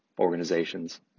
organizations